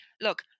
look